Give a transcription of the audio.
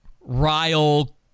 Ryle